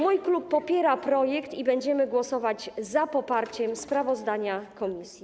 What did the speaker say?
Mój klub popiera projekt i będziemy głosować za poparciem sprawozdania komisji.